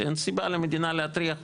שאין סיבה למדינה להטריח אותם.